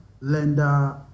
lender